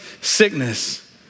sickness